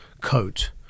coat